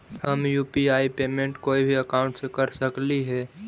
हम UPI payment कोई भी अकाउंट से कर सकली हे?